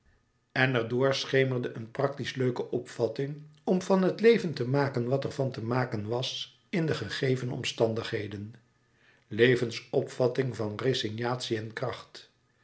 en er door schemerde een praktisch leuke opvatting om van het leven te maken wat er van te maken was in de gegeven omstandigheden levensopvatting van resignatie en kracht